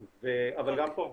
אבל גם פה,